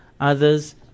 others